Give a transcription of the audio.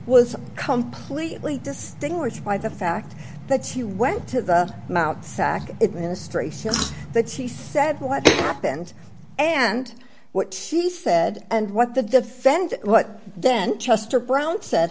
was come please play distinguished by the fact that she went to the mouth sack it ministrations that she said what happened and what she said and what the defendant what then chester brown said